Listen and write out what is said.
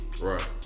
right